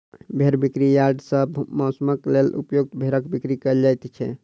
भेंड़ बिक्री यार्ड सॅ मौंसक लेल उपयुक्त भेंड़क बिक्री कयल जाइत छै